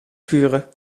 schuren